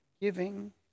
giving